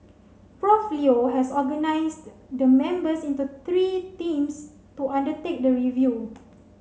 Prof Leo has organised the members into three teams to undertake the review